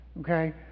okay